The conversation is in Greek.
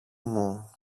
μου